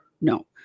no